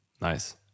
Nice